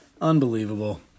Unbelievable